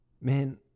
man